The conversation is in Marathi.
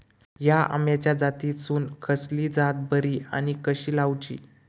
हया आम्याच्या जातीनिसून कसली जात बरी आनी कशी लाऊची?